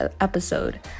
episode